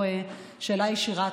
או שאלה ישירה,